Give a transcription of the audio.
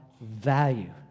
value